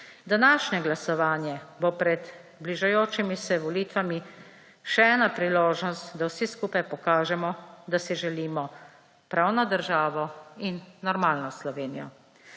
Današnje glasovanje bo pred bližajočimi se volitvami še ena priložnost, da vsi skupaj pokažemo, da si želimo pravno državo in normalno Slovenijo.